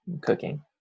cooking